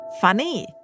funny